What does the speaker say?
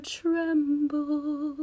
tremble